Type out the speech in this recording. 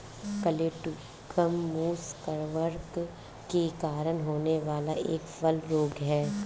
colletotrichum मुसा कवक के कारण होने वाला एक फल रोग है